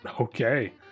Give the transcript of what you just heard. Okay